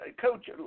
coach